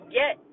get